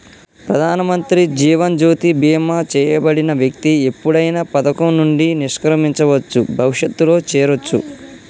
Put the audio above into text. ప్రధానమంత్రి జీవన్ జ్యోతి బీమా చేయబడిన వ్యక్తి ఎప్పుడైనా పథకం నుండి నిష్క్రమించవచ్చు, భవిష్యత్తులో చేరొచ్చు